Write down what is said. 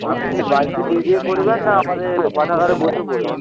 আপনি কি বাড়িতে নিয়ে গিয়ে পড়বেন না আমাদের পাঠাগারে বসে পড়বেন